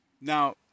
Now